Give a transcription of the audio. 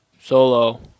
Solo